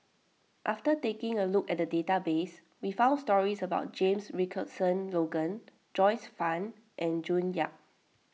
after taking a look at the database we found stories about James Richardson Logan Joyce Fan and June Yap